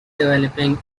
developing